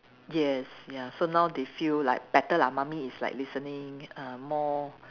yes ya so now they feel like better lah mummy is like listening uh more